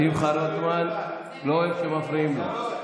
שמחה רוטמן לא אוהב שמפריעים לו.